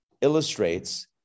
illustrates